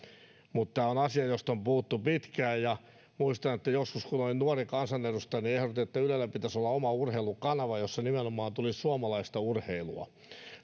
tämä on asia josta on puhuttu pitkään muistan että joskus kun olin nuori kansanedustaja niin ehdotettiin että ylellä pitäisi olla oma urheilukanava jossa nimenomaan tulisi suomalaista urheilua